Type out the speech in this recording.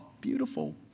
Beautiful